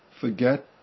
forget